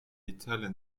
italian